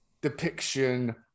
depiction